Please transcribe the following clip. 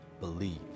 believe